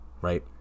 right